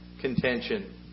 contention